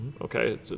Okay